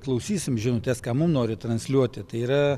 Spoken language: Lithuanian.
klausysim žinutes ką mum nori transliuoti tai yra